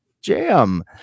jam